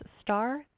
star